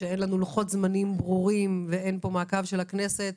כשאין לנו לוחות-זמנים ברורים ואין מעקב של הכנסת,